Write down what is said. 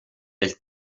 del